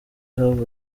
habura